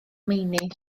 meini